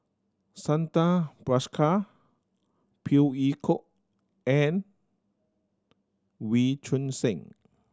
Santha Bhaskar Phey Yew Kok and Wee Choon Seng